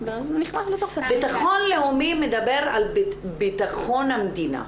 בטחון לאומי מדבר על בטחון המדינה.